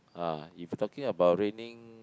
ah if you talking about raining